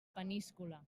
peníscola